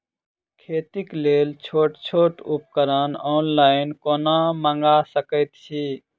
खेतीक लेल छोट छोट उपकरण ऑनलाइन कोना मंगा सकैत छी?